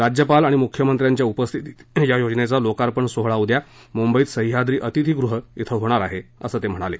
राज्यपाल आणि मुख्यमंत्र्यांच्या उपस्थितीत या योजनेचा लोकार्पण सोहळा उद्या मुंबईत सह्याद्री अतिथीगृह क्रि होणार आहे असं ते म्हणाले